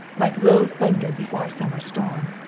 like low thunder before a summer storm.